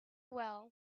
well